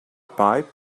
pipe